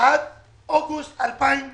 עד אוגוסט 2020